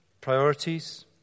priorities